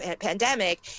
pandemic